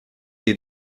des